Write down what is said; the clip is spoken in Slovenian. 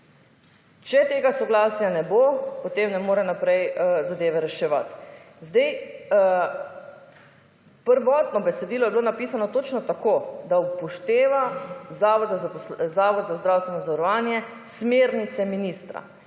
Če tega soglasja ne bo, potem ne more naprej zadeve reševati. Prvotno besedilo je bilo napisano točno tako, da upošteva zavod za zdravstveno zavarovanje smernice ministra